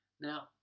Now